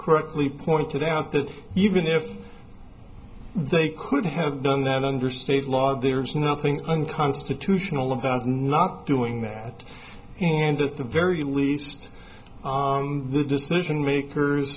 correctly pointed out that even if they could have done that under state law there's nothing unconstitutional about not doing that and at the very least the decision makers